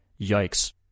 Yikes